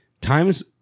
times